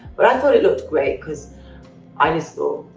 but i thought it looked great cause i just thought,